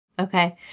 Okay